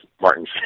Martin